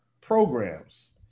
programs